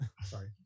Sorry